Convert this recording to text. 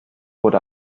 oder